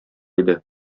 иде